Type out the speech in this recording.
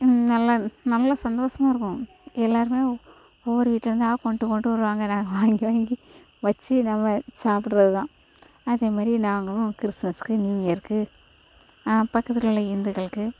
நல்லா நல்லா சந்தோஷமா இருக்கும் எல்லோருமே ஒவ்வொரு வீட்டுலேருந்தா கொண்டுட்டு கொண்டுட்டு வருவாங்க நாங்கள் வாங்கி வாங்கி வெச்சு நம்ம சாப்பிட்றது தான் அதே மாதிரி நாங்களும் கிறிஸ்மஸுக்கு நியூ இயருக்கு பக்கத்தில் உள்ள இந்துக்களுக்கு